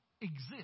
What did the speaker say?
exist